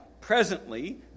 presently